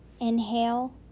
Inhale